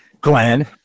Glenn